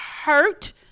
hurt